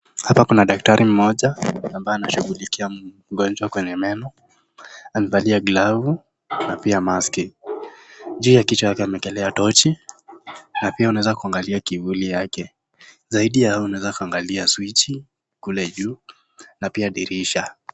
Hapa kuna daktari mmoja ambaye anashughulika mgonjwa kwenye meno. Amevalia glavu na pia mask .Juu ya kichwa yake amewekelea tochi na pia unaweza kuangalia kivuli yake. Zaidi ya hayo unaweza kuangalia switch kule juu na pia dirisha.